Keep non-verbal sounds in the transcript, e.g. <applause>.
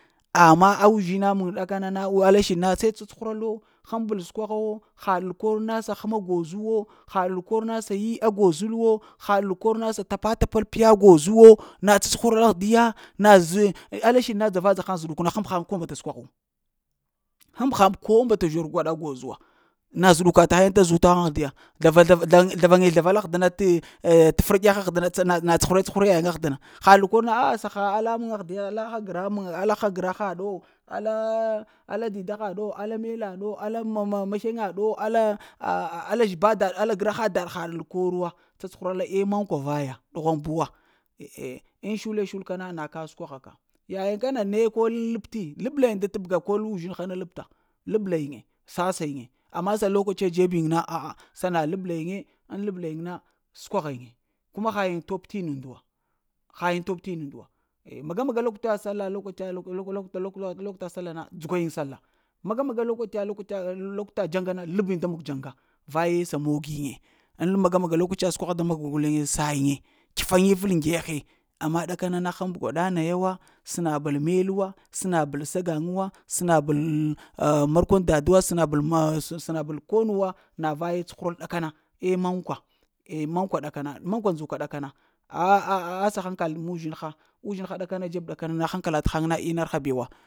Amma uzhina mun ɗakana na ala shiɗ na se cacuhura lo, hmbol skwaha wa hal kor hal kor na sa həma goz wa, hal kor na sa yi a gozol wo. hal kor na sa tapa tapi piya goz wo, na cucuhural ah diya, na zo a la shiɗ na dzava-dza haŋ zuɗuk na himbol skwa hu, hma ba haŋ ko zhen skwa hu, hma ba haŋ ko zhon gwiɗa goz no na zuɗuka tane ta zuta haŋ ahɗiya, zlara zlara ŋi zlara haŋ dana t’ fər ɗehe ardəna ana cuhure-cuhura yayiŋ ahdəna hal kor na a-a saha alla muŋ ahaiya alla ha gra muŋ alla ha gra haɗo alla-alla dida haɗo, alla mela ɗo, alla mamma maslega do, alla a-ah zheba daɗo alla gra ha daɗo halla korowa cacuhura lo eh mankwa vaya ɗohwaŋ buwa, eh ŋ shula-shul kana na ka shukwa haka ŋyagin ham ne ka labei, labla yin da tabga kol uzhin hana kol labta, labla yiŋe sassa yige amma sa lokaciya dzebziz na a-a, sana lablin ye ŋ labla yiŋ na skwaha yiŋe kuma saha yiŋ top t'ndu wa, hayiŋ top t'ndu wa eh, maga-maga lokaciya salla <hesitation> na dzugayin salla, maga-maga lokuta <unintelligible> lokuta dzaŋga na lab yiŋ da mog dzaŋga, vaye sa mog yiŋ, ŋ maga-maga lokuta saha da mahga na sayiŋ kyifa niful ŋgeghe. Amma k ɗakana na həmaba gwaɗa naya wa sna bol mele wa, snal bol sagaŋ wa sna bol a murkwan dada wa sna bol a snabol ko nu wa anna vaye cuhural ɗakana eh mankwa, eh mankwa mankwa ndzuka ɗakana, a-ah asa hankal muzhinha, uzhinha dzeb k ɗaka na na hankala ta haŋ na mahra bewa